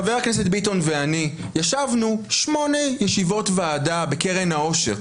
חבר הכנסת ביטון ואני ישבנו שמונה ישיבות ועדה בקרן העושר,